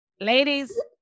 ladies